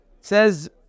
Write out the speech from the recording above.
says